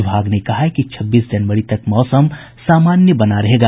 विभाग ने कहा है कि छब्बीस जनवरी तक मौसम सामान्य बना रहेगा